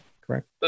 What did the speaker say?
correct